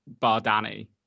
Bardani